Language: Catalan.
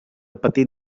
petit